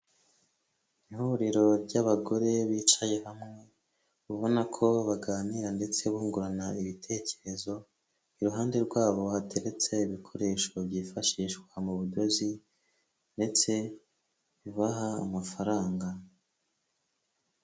Ihuriro ry'abagore bicaye hamwe, ubona ko baganira ndetse bungurana ibitekerezo, iruhande rwabo hateretse ibikoresho byifashishwa mu budozi ndetse bibaha amafaranga.